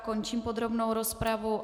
Končím podrobnou rozpravu.